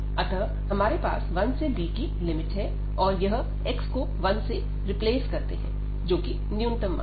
अतः हमारे पास 1 से b की लिमिट है और यह x को 1 से रिप्लेस करते हैं जो कि न्यूनतम मान है